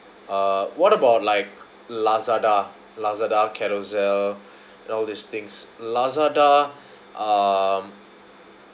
uh what about like Lazada Lazada Carousell and all these things Lazada um